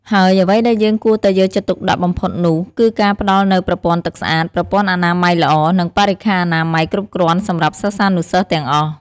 ហើយអ្វីដែលយើងគួរតែយកចិត្តទុកដាក់បំផុតនោះគឺការផ្តល់នូវប្រពន្ធ័ទឺកស្អាត ប្រពន្ធ័អនាម័យល្អ និងបរិក្ខារអនាម័យគ្រប់គ្រាន់សម្រាប់សិស្សានុសិស្សទាំងអស់។